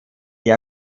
die